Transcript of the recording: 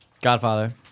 Godfather